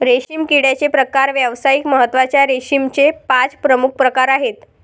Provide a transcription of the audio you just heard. रेशीम किड्याचे प्रकार व्यावसायिक महत्त्वाच्या रेशीमचे पाच प्रमुख प्रकार आहेत